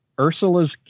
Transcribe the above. Ursula's